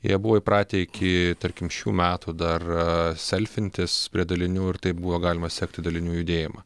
jie buvo įpratę iki tarkim šių metų dar selfintis prie dalinių ir taip buvo galima sekti dalinių judėjimą